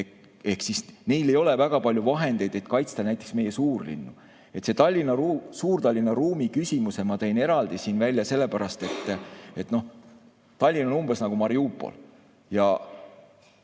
Ehk neil ei ole väga palju vahendeid, et kaitsta näiteks meie suurlinnu. Selle Suur-Tallinna ruumi küsimuse ma tõin eraldi välja sellepärast, et Tallinn on umbes nagu Mariupol